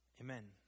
Amen